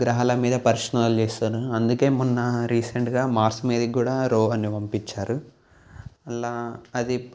గ్రహాల మీద పరిశోధనలు చేస్తున్నారు అందుకే మొన్న రీసెంట్గా మార్స్ మీదికి కూడా రోవర్ని పంపించారు అలా అది